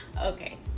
Okay